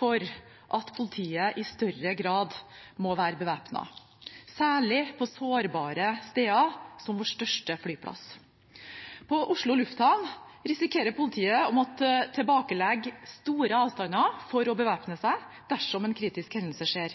for at politiet er bevæpnet i større grad, særlig på sårbare steder som vår største flyplass. På Oslo lufthavn risikerer politiet å måtte tilbakelegge store avstander for å bevæpne seg dersom en kritisk hendelse skjer.